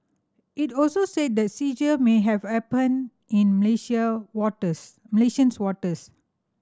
it also said the seizure may have happened in Malaysian waters